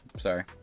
Sorry